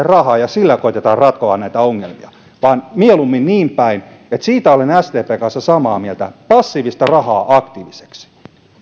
rahaa ja sillä koetetaan ratkoa näitä ongelmia vaan mieluummin niin päin siitä olen sdpn kanssa samaa mieltä että passiivista rahaa aktiiviseksi